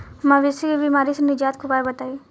मवेशी के बिमारी से निजात के उपाय बताई?